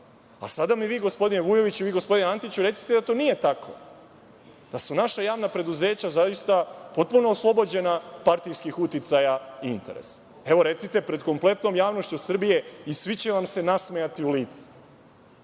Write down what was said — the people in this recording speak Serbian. Sada mi vi, gospodine Vujoviću i gospodine Antiću, recite jel to nije tako, da su naša javna preduzeća zaista potpuno oslobođena partijskih uticaja i interesa. Evo, recite pred kompletnom javnošću Srbije i svi će vam se nasmejati u lice